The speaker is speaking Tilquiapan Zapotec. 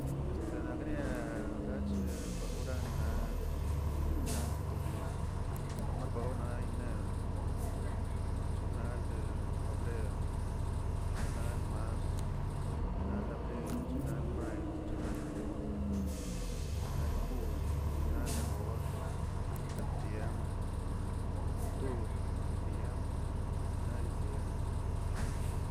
Este nagria, rache beoranina nirak tobizə promar beonaꞌ iner, chenaldi febrer, chenal mars, chenal abril, chenal may, chenal jun, chenal jul, chenal agoxt, septiembr, octubr, noviembr, naꞌ diciembr.